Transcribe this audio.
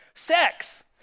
sex